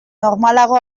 normalago